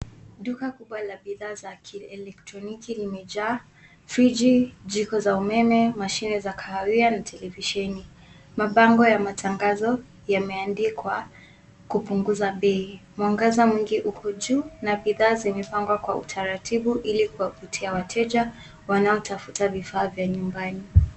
Duka kubwa la bidhaa za kielektroniki limejaa friji, jiko za umeme, mashine za kahawia na televisheni. Mabango ya matangazo yameandikiwa kupunguza bei. Mwangaza mwingi uko juu na bidhaa zimepangwa kwa utaratibu ili kuwavutia wateja wanaotafuta vifaa vya nyumbani.